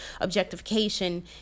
objectification